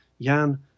Jan